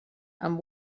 amb